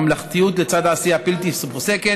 ממלכתיות לצד עשייה בלתי פוסקת,